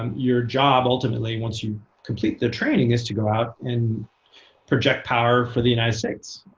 um your job, ultimately, once you complete the training is to go out and project power for the united states.